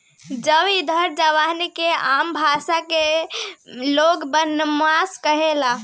जैव ईंधन जवना के आम भाषा में लोग बायोमास कहेला